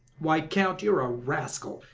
why, count, you're a rascal,